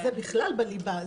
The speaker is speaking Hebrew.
זה בכלל בליבה.